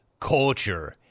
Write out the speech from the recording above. culture